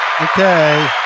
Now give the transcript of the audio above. Okay